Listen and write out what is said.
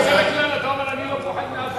בדרך כלל אתה אומר: אני לא פוחד מאף אחד,